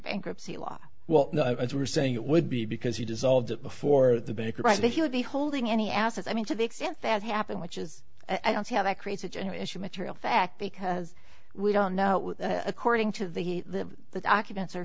bankruptcy law well as we were saying it would be because he dissolved it before the bank right that he would be holding any assets i mean to the extent that happened which is i don't see how that creates a general issue material fact because we don't know according to the the documents